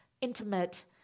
Intimate